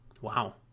Wow